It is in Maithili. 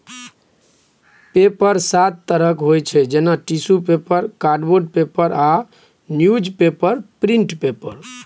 पेपर सात तरहक होइ छै जेना टिसु पेपर, कार्डबोर्ड पेपर आ न्युजपेपर प्रिंट पेपर